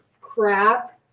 crap